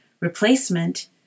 replacement